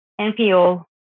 NPO